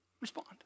Respond